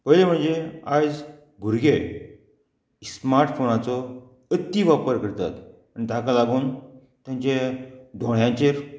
पयले म्हणजे आयज भुरगे स्मार्ट फोनाचो अती वापर करतात आनी ताका लागून तांचे दोळ्यांचेर